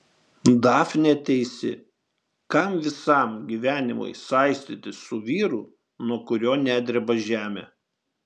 dafnė teisi kam visam gyvenimui saistytis su vyru nuo kurio nedreba žemė